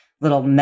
little